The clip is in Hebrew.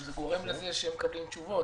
אם זה גורם לזה שהם מקבלים תשובות.